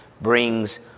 brings